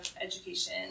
education